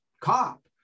cop